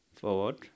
forward